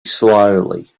slowly